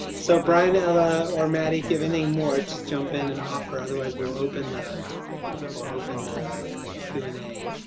so brian, ella or maddie given name or just jump in and offer otherwise we'll open the will open the the q and a.